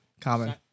Common